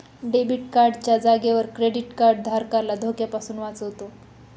debit card च्या जागेवर credit card धारकाला धोक्यापासून वाचवतो